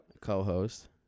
co-host